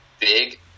Big